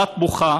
הבת בוכה,